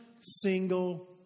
single